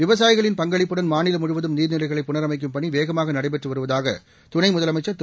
விவசாயிகளின் பங்களிப்புடன் மாநிலம் முழுவதும் நீர்நிலைகளை புனரமைக்கும் பணி வேகமாக நடைபெற்று வருவதாக துணை முதலமைச்சா் திரு